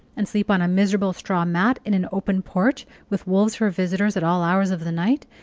and sleep on a miserable straw mat in an open porch, with wolves for visitors at all hours of the night,